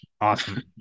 awesome